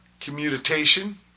Commutation